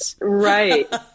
Right